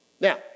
Now